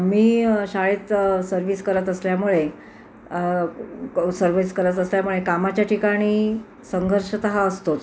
मी शाळेत सर्विस करत असल्यामुळे सर्विस करत असल्यामुळे कामाच्या ठिकाणी संघर्ष तर हा असतोच